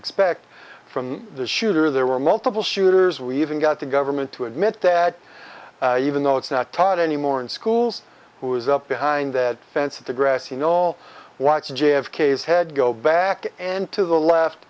expect from the shooter there were multiple shooters we even got the government to admit that even though it's not taught anymore in schools who was up behind that fence at the grassy knoll watching j f k s head go back and to the left